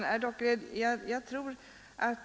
Herr talman!